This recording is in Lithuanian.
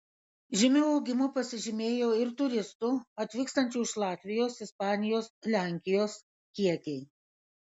žymiu augimu pasižymėjo ir turistų atvykstančių iš latvijos ispanijos lenkijos kiekiai